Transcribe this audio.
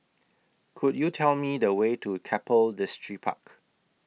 Could YOU Tell Me The Way to Keppel Distripark